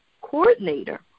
coordinator